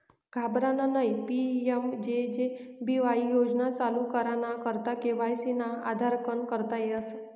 घाबरानं नयी PMJJBY योजना चालू कराना करता के.वाय.सी ना आधारकन करता येस